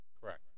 correct